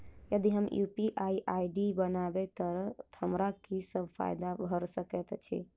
यदि हम UPI ID बनाबै तऽ हमरा की सब फायदा भऽ सकैत अछि?